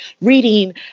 reading